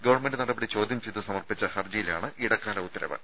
government നടപടി ചോദ്യം ചെയ്ത് സമർപ്പിച്ച ഹർജിയിലാണ് ഇടക്കാല ഉത്തരവ്